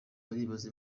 baribaza